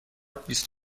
بیست